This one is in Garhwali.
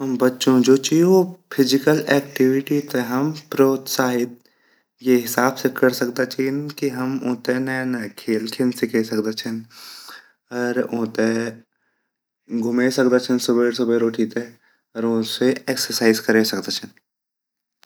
बच्चो जु ची फिजिकल एक्टिविटी ते हम प्रोत्साहित ये हीअब से कर सकदा छिन की हम उते नया-नया खेल खेन सीखे सकदा छिन अर उते घूमे सकदा छिन सुबेर सुबेर उठे ते अर ऊसे एक्सरसाइज करे सकदा छिन।